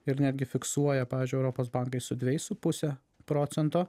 ir netgi fiksuoja pavyzdžiui europos bankai su dvejais su puse procento